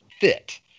fit